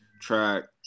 track